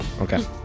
Okay